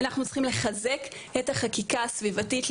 אנחנו צריכים לחזק את החקיקה הסביבתית,